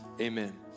amen